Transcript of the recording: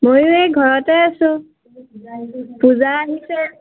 ময়ো এই ঘৰতে আছোঁ পূজা আহিছে